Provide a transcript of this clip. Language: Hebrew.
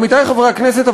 עמיתי חברי הכנסת,